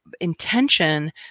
intention